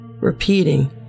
Repeating